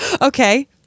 Okay